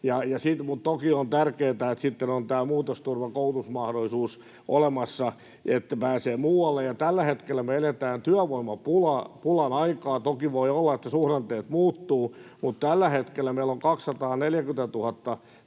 sitten on tämä muutosturvan koulutusmahdollisuus olemassa, että pääsee muualle. Ja tällä hetkellä me eletään työvoimapulapulan aikaa — toki voi olla, että suhdanteet muuttuvat, mutta tällä hetkellä meillä on 240 000